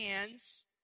hands